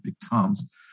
becomes